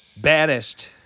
banished